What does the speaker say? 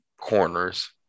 corners